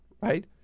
right